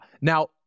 now